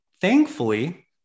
Thankfully